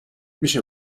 میشه